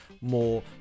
more